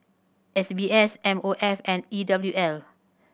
S B S M O F and E W L